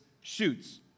shoots